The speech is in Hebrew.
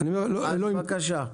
אז בבקשה.